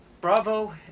Bravo